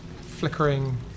flickering